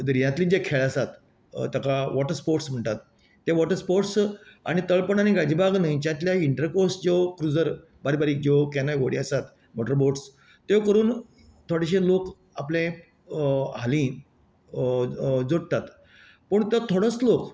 दर्यातलें जे खेळ आसात ताका व्हॉटर स्पॉर्ट्स म्हणटात तें व्हॉटर स्पॉर्ट्स आनी तळपण आनी गालजिबाग न्हंयच्यातले इंन्टरकॉर्सच्यो प्रिजर्व बारीक बारीक ज्यो केनाय व्हड्यो आसात मोटर बोट्स त्यो पळोवन थोडेशे लोक आपले हाली जोडटात पूण तो थोडोच लोक